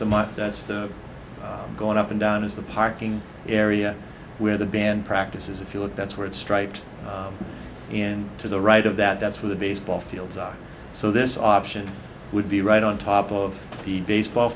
that's going up and down is the parking area where the band practice is if you look that's where it's striped and to the right of that that's where the baseball fields are so this option would be right on top of the baseball